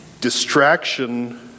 Distraction